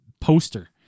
poster